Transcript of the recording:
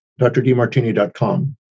drdmartini.com